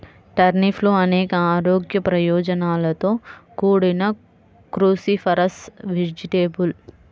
టర్నిప్లు అనేక ఆరోగ్య ప్రయోజనాలతో కూడిన క్రూసిఫరస్ వెజిటేబుల్